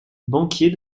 banquier